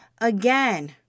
again